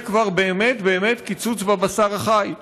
זה כבר באמת באמת קיצוץ בבשר החי.